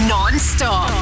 Non-stop